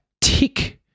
tick-